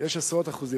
יש עשרות אחוזים.